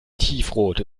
tiefrot